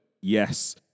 Yes